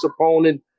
opponent